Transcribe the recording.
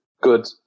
good